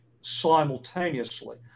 simultaneously